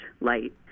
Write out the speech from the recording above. light